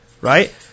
right